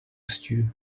stew